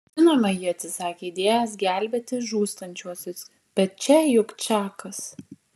žinoma ji atsisakė idėjos gelbėti žūstančiuosius bet čia juk čakas